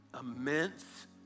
immense